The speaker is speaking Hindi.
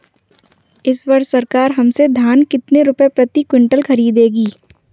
इस वर्ष सरकार हमसे धान कितने रुपए प्रति क्विंटल खरीदेगी?